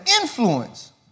influence